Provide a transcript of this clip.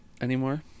anymore